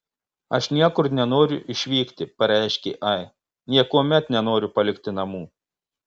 aš niekur nenoriu išvykti pareiškė ai niekuomet nenoriu palikti namų